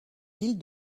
ville